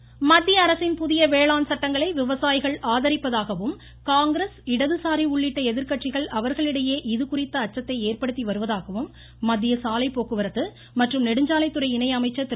சிங் மத்திய அரசின் புதிய வேளாண் சட்டங்களை விவசாயிகள் ஆதரிப்பதாகவும் காங்கிரஸ் இடதுசாரி உள்ளிட்ட எதிர்கட்சிகள் அவர்களிடையே இதுகுறித்த அச்சத்தை ஏற்படுத்தி வருவதாகவும் மத்திய சாலை போக்குவரத்து மற்றும் நெடுஞ்சாலைத்துறை இணை அமைச்சர் திரு